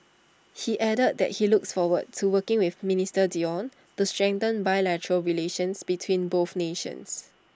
he added that he looks forward to working with minister Dion to strengthen bilateral relations between both nations